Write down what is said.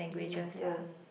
ya